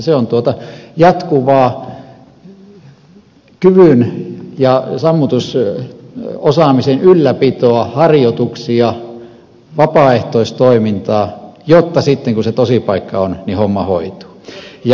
se on jatkuvaa sammutusosaamisen ja kyvyn ylläpitoa harjoituksia vapaaehtoistoimintaa jotta sitten kun se tosipaikka on homma hoituu